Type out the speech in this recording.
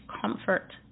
comfort